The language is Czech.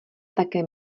také